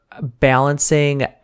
balancing